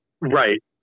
right